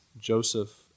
Joseph